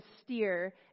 steer